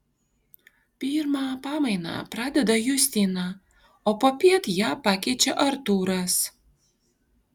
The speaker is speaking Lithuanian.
pirmą pamainą pradeda justina o popiet ją pakeičia artūras